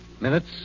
Minutes